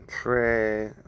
tray